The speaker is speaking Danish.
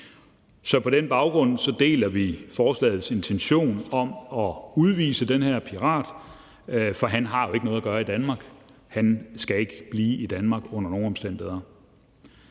På den baggrund deler vi forslagets intention om at udvise den her pirat, for han har jo ikke noget at gøre i Danmark. Han skal ikke under nogen omstændigheder